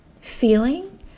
feeling